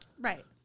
Right